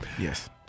Yes